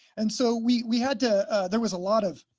and so we we had to there was a lot of